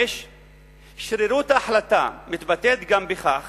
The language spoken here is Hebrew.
5. שרירות ההחלטה מתבטאת גם בכך